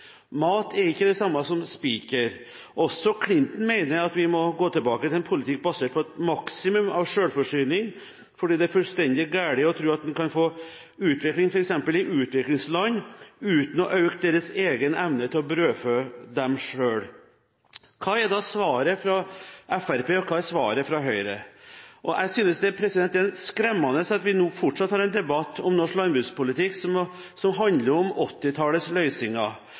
Mat er ikke det samme som spiker. Også Clinton mener at vi må gå tilbake til en politikk basert på et maksimum av selvforsyning, fordi det er fullstendig galt å tro at en kan få utvikling f.eks. i utviklingsland uten å øke deres egen evne til å brødfø seg selv. Hva er da svaret fra Fremskrittspartiet, og hva er svaret fra Høyre? Jeg synes det er skremmende at vi nå fortsatt har en debatt om norsk landbrukspolitikk som handler om